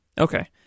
Okay